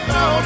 no